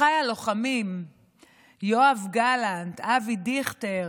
אחיי הלוחמים יואב גלנט, אבי דיכטר,